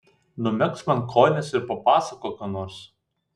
numegzk man kojines ir papasakok ką nors